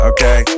Okay